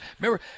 Remember